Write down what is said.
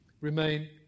remain